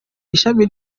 ishami